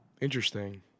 Interesting